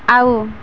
ଆଉ